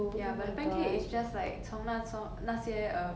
ya but the pancake is just like 从那从那些 uh